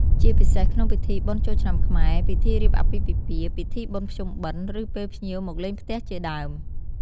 ជាពិសេសក្នុងពិធីបុណ្យចូលឆ្នាំខ្មែរ ពិធីរៀបអាពាហ៍ពិពាហ៍ ពិធីបុណ្យភ្ជុំបិណ្ឌ ឬពេលភ្ញៀវមកលេងផ្ទះជាដើម។